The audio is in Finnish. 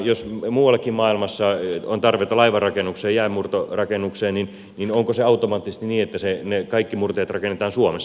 jos muuallekin maailmassa on tarvetta laivanrakennukseen jäänmurtorakennukseen niin onko se automaattisesti niin että ne kaikki murtajat rakennetaan suomessa